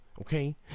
okay